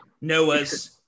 Noah's